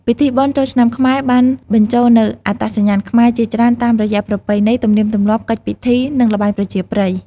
ពិធីបុណ្យចូលឆ្នាំខ្មែរបានបញ្ចូលនូវ អត្តសញ្ញាណខ្មែរ ជាច្រើនតាមរយៈប្រពៃណី ទំនៀមទម្លាប់ កិច្ចពិធី និងល្បែងប្រជាប្រិយ។